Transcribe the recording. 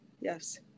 yes